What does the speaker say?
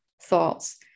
thoughts